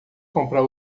comprar